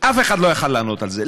אף אחד לא יכול לענות על זה.